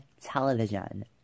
television